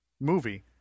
movie